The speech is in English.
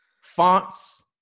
fonts